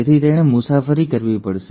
તેથી તેણે મુસાફરી કરવી પડશે